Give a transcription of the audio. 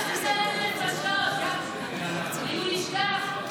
ברכב ------ אם הוא נשכח,